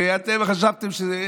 ואתם חשבתם שזה,